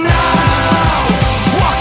now